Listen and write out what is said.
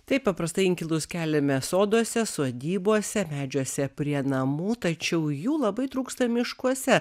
taip paprastai inkilus keliame soduose sodybose medžiuose prie namų tačiau jų labai trūksta miškuose